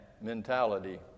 mentality